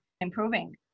improving